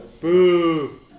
Boo